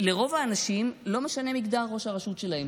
לרוב האנשים לא משנה המגדר של ראש הרשות שלהם,